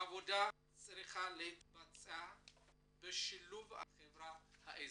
העבודה צריכה להתבצע בשילוב החברה האזרחית.